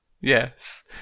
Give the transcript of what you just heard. Yes